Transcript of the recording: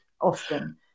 often